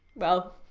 well,